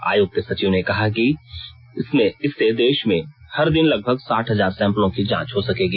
आयोग के सचिव ने कहा कि इससे देश दिन लगभग साठ हजार सैंपलों की जांच हो सकेगी